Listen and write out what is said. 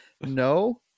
no